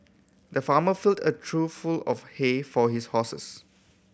the farmer filled a trough full of hay for his horses